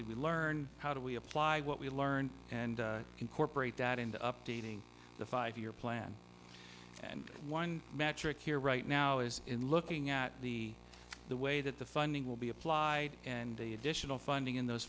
did we learn how do we apply what we learned and incorporate that into updating the five year plan and one magic here right now is in looking at the the way that the funding will be applied and the additional funding in those